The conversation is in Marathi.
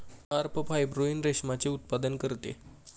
कार्प फायब्रोइन रेशमाचे उत्पादन करते